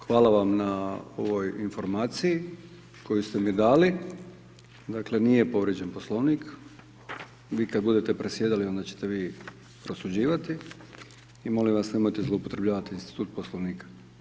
Hvala vam na ovoj informaciji koju ste mi dali, dakle, nije povrijeđen Poslovnik, vi kada budete presjedali, onda ćete vi prosuđivati i molim vas nemojte zloupotrebljavati institut Poslovnika.